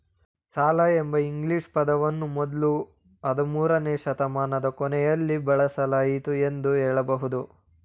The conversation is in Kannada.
ಸಾಲ ಎಂಬ ಇಂಗ್ಲಿಷ್ ಪದವನ್ನ ಮೊದ್ಲು ಹದಿಮೂರುನೇ ಶತಮಾನದ ಕೊನೆಯಲ್ಲಿ ಬಳಸಲಾಯಿತು ಎಂದು ಹೇಳಬಹುದು